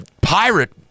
pirate